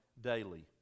daily